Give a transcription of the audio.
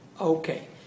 Okay